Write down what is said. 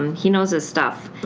um he knows his stuff.